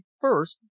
first